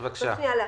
צריך להפריד.